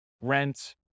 rent